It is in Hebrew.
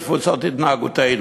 את דפוסי התנהגותנו.